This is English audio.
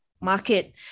market